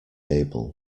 able